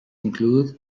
include